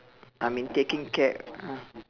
I mean taking care ah